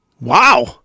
Wow